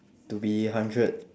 to be a hundred